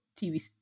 tv